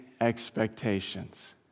expectations